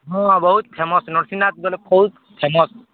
ହଁ ବହୁତ ଫେମସ୍ ନରସିଙ୍ଗନାଥ ବୋଇଲେ ବହୁତ ଫେମସ୍